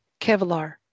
Kevlar